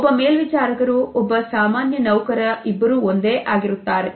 ಒಬ್ಬ ಮೇಲ್ವಿಚಾರಕರು ಒಬ್ಬ ಸಾಮಾನ್ಯ ನೌಕರ ಇಬ್ಬರೂ ಒಂದೇ ಆಗಿರುತ್ತಾರೆ